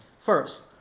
First